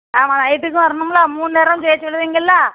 ஆமாம் நைட்டுக்கும் வரணுமில மூணு நேரம் செய்ய சொல்லுவிங்கள்ல